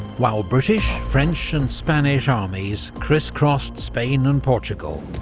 while british, french and spanish armies criss-crossed spain and portugal,